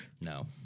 No